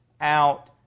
out